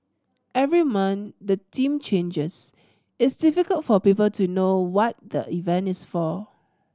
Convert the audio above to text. every month the theme changes it's difficult for people to know what the event is for